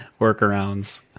Workarounds